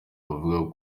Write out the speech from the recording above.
bavuga